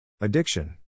Addiction